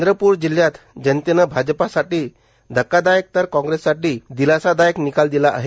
चंद्रपूर जिल्हयात जनतेनं भाजपासाठी धक्कादायक तर काँग्रेससाठी दिलासादायक निकाल दिला आहे